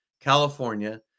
California